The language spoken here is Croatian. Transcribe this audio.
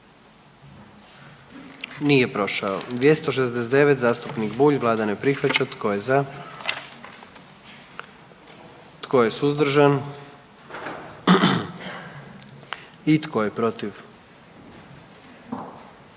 44. Kluba zastupnika SDP-a, vlada ne prihvaća. Tko je za? Tko je suzdržan? Tko je protiv?